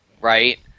Right